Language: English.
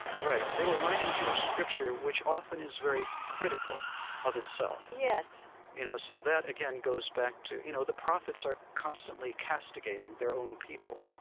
right. they were mining jewish scripture, which often is very critical of itself. you know, so that again goes back to, you know, the prophets are constantly castigating their own people.